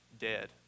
dead